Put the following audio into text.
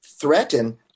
threaten